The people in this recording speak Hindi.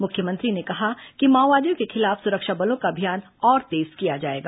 मुख्यमंत्री ने कहा कि माओवादियों के खिलाफ सुरक्षा बलों का अभियान और तेज किया जाएगा